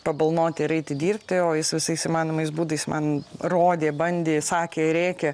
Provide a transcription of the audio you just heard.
pabalnoti ir eiti dirbti o jis visais įmanomais būdais man rodė bandė sakė rėkė